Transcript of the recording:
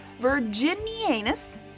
Virginianus